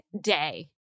day